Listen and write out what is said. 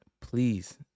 Please